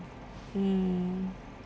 mm